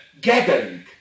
gathering